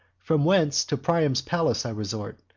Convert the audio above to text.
from thence to priam's palace i resort,